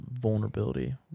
vulnerability